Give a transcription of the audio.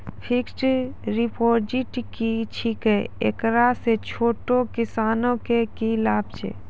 Fixed deposit की छिकै, एकरा से छोटो किसानों के की लाभ छै?